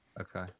Okay